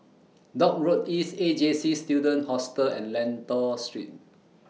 Dock Road East A J C Student Hostel and Lentor Street